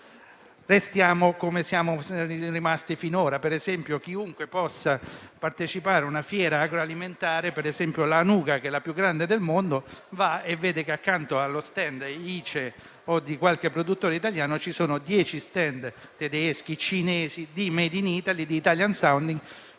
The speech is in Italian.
restiamo come siamo rimasti finora. Chiunque possa partecipare a una fiera agroalimentare, ad esempio la Anuga (che è la più grande del mondo), può vedere che accanto allo *stand* ICE o di qualche produttore italiano ce ne sono dieci tedeschi o cinesi di *made in Italy* o di *italian sounding.*